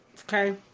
Okay